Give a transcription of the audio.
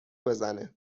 بزنه